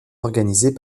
organisées